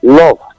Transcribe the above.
love